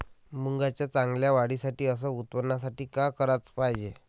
मुंगाच्या चांगल्या वाढीसाठी अस उत्पन्नासाठी का कराच पायजे?